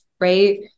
right